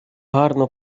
гарно